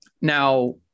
now